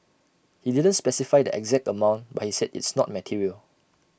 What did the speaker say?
he didn't specify the exact amount but he said it's not material